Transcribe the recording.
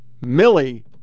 Millie